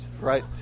right